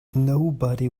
nobody